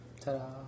Ta-da